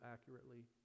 accurately